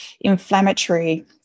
inflammatory